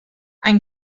ein